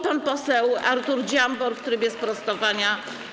Pan poseł Artur Dziambor w trybie sprostowania.